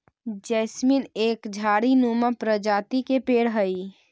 jasmine एक झाड़ी नुमा प्रजाति के पेड़ हई